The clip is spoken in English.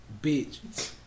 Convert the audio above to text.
Bitch